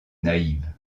naïve